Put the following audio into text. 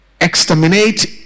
exterminate